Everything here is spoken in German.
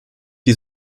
die